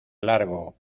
largo